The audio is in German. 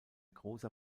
großer